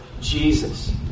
Jesus